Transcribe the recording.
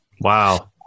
wow